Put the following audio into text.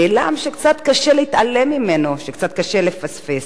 נעלם שקצת קשה להתעלם ממנו, שקצת קשה לפספס,